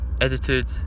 edited